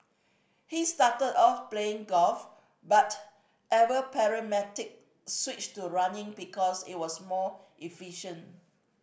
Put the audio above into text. he started off playing golf but ever pragmatic switched to running because it was more efficient